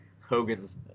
Hogan's